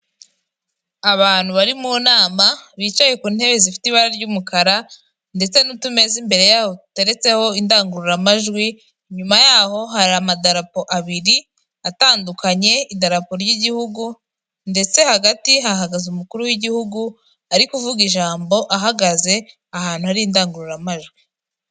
Abantu bari mu nama bicaye ku ntebe zifite ibara ry'umukara ndetse n'utumeza imbere yabo duteretseho indangururamajwi, inyuma yaho hari amadarapo abiri atandukanye, idarapo ry'igihugu, ndetse hagati hahagaze umukuru w'igihugu, ari kuvuga ijambo ahagaze ahantu hari indangururamajwi.